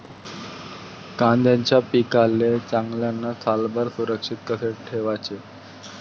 कांद्याच्या पिकाले चांगल्यानं सालभर सुरक्षित कस ठेवाचं?